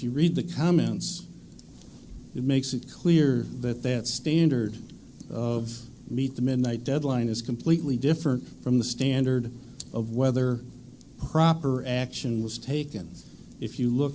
you read the comments it makes it clear that that standard of meet the midnight deadline is completely different from the standard of whether proper action was taken if you look